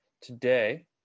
Today